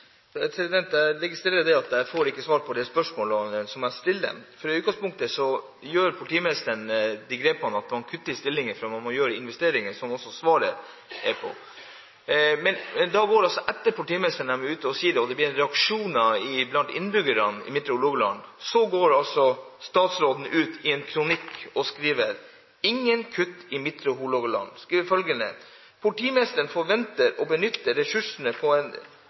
Jeg registrerer at jeg ikke får svar på det spørsmålet jeg stiller. For i utgangspunktet gjør politimesteren disse grepene, å kutte i stillinger, fordi man må gjøre investeringer – som også er svaret fra statsråden. Men så går altså politimesteren ut etterpå og sier det, og det blir reaksjoner blant innbyggerne i Midtre Hålogaland. Deretter går statsråden ut og skriver i en kronikk: «Ingen kutt i Midtre Hålogaland» Og videre: «Politimesteren forventes å benytte ressursene på en